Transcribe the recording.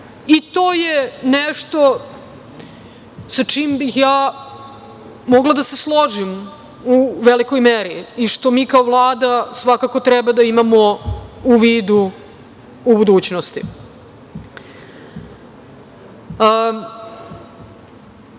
i to je nešto što sa čim bih ja mogla da se složim u velikoj meri i što mi kao Vlada svakako treba da imamo u vidu u budućnosti. Ali,